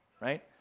right